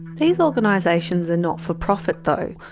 these organisations are not-for-profit though.